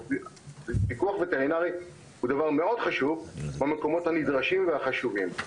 פיקוח וטרינרי הוא דבר מאוד חשוב במקומות הנדרשים והחשובים.